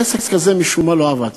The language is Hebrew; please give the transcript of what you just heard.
העסק הזה משום-מה לא עבד.